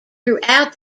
throughout